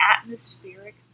atmospheric